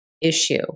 issue